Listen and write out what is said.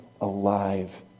alive